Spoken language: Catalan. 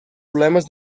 problemes